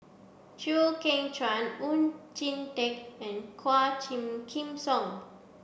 Chew Kheng Chuan Oon Jin Teik and Quah Tim Kim Song